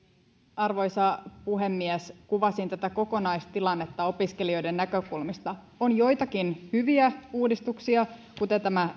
arvoisa puhemies kuvasin tätä kokonaistilannetta opiskelijoiden näkökulmasta on joitakin hyviä uudistuksia kuten tämä